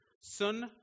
Sun